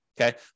okay